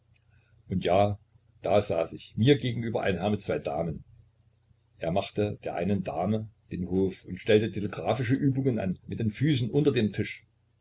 und ja da saß ich mir gegenüber ein herr mit zwei damen er machte der einen dame den hof und stellte telegraphische übungen an mit den füßen unter dem tisch